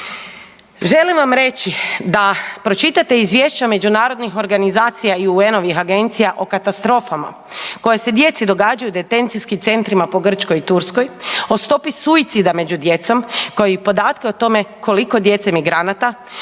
Želim vam reći da pročitate izvješće međunarodnih organizacija i UN-ovih agencija o katastrofama koje se djece događaju u detencijskim centrima po Grčkoj i Turskoj, o stopi suicida među djecom kao i podatke o tome koliko djece migranata